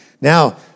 now